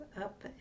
up